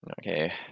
Okay